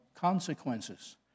consequences